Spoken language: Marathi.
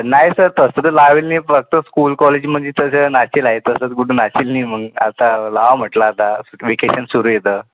नाही सर तसं तर लावेल नाही फक्त स्कूल कॉलेज म्हणजे तसं नाचेल आहे तसंच कुठं नाचेल नाही मग आता लावावा म्हटलं आता व्हेकेशन सुरू आहे तर